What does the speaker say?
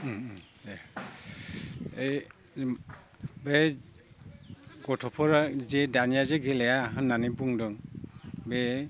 दे बै गथ'फोरा जे दानिया जे गेलेया होननानै बुंदों बे